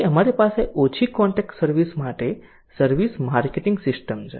પછી અમારી પાસે ઓછી કોન્ટેક્ટ સર્વિસ માટે સર્વિસ માર્કેટિંગ સિસ્ટમ છે